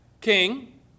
King